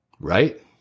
Right